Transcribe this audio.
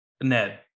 Ned